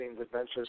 Adventures